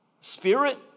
Spirit